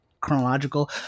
chronological